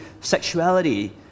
sexuality